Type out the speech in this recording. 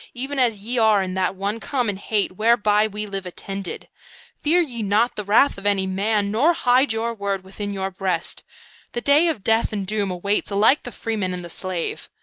even as ye are in that one common hate whereby we live attended fear ye not the wrath of any man, nor hide your word within your breast the day of death and doom awaits alike the freeman and the slave.